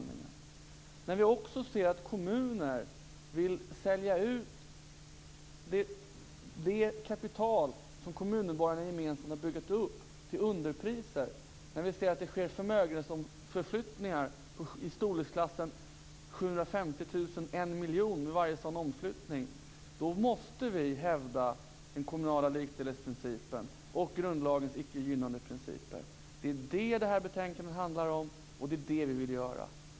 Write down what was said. När vi också ser att kommuner vill sälja ut det kapital som kommunmedborgarna gemensamt har byggt upp till underpriser, när vi ser att det sker förmögenhetsomflyttningar i storleksklassen 750 000 1 000 000 kr vid varje sådan omflyttning - då måste vi hävda den kommunala likställdhetsprincipen och grundlagens icke-gynnandeprinciper. Det är det detta betänkande handlar om, och det är det vi vill göra.